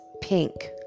pink